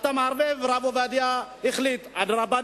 אתה מערבב, הרב עובדיה החליט, אדרבה,